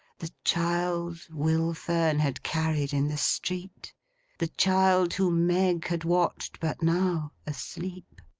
the child will fern had carried in the street the child whom meg had watched, but now, asleep!